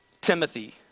Timothy